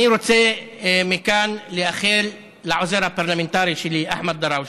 אני רוצה מכאן לאחל לעוזר הפרלמנטרי שלי אחמד דראושה,